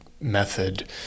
method